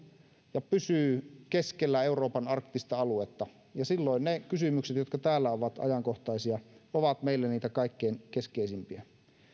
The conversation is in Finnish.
ja pysyy keskellä euroopan arktista aluetta ja silloin ne kysymykset jotka täällä ovat ajankohtaisia ovat meille niitä kaikkein keskeisimpiä